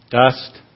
dust